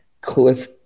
Cliff